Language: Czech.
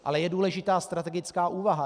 Ale je důležitá strategická úvaha.